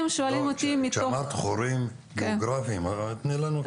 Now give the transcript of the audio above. כשאמרת "חורים גיאוגרפיים", תני לנו דוגמה.